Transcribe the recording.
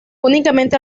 únicamente